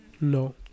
No